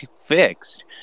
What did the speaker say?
fixed